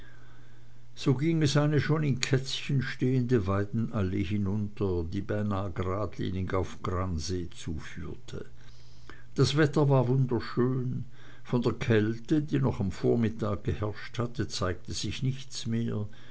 so ging es eine schon in kätzchen stehende weidenallee hinunter die beinahe geradlinig auf gransee zuführte das wetter war wunderschön von der kälte die noch am vormittag geherrscht hatte zeigte sich nichts mehr